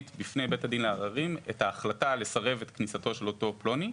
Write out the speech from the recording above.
בפני בית הדין לעררים את ההחלטה לסרב את כניסתו של אותו פלוני.